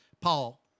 Paul